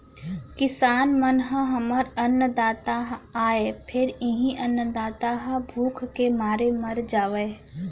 किसान मन ह हमर अन्नदाता आय फेर इहीं अन्नदाता ह भूख के मारे मर जावय